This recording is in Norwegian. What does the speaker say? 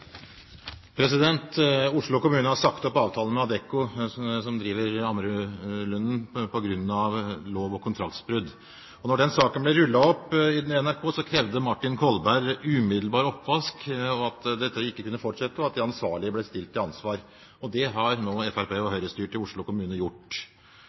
lov- og kontraktbrudd. Da den saken ble rullet opp i NRK, krevde Martin Kolberg umiddelbar oppvask, at dette ikke kunne fortsette, og at de ansvarlige ble stilt til ansvar. Det har nå Fremskrittsparti- og